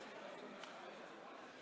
פחות גדולה.